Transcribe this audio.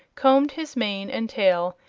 combed his mane and tail,